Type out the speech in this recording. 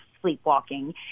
sleepwalking